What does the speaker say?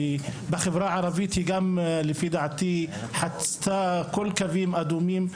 ובחברה הערבית לפי דעתי היא גם חצתה את כל הקווים האדומים,